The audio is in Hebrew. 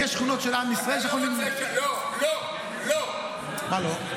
יש שכונות של עם ישראל --- לא, לא, לא.